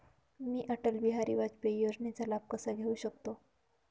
मी अटल बिहारी वाजपेयी योजनेचा लाभ कसा घेऊ शकते?